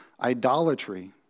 idolatry